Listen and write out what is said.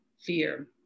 fear